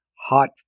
hot